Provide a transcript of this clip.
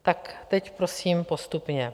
Tak teď prosím postupně.